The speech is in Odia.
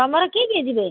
ତମର କିଏ କିଏ ଯିବେ